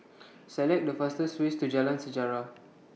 Select The fastest ways to Jalan Sejarah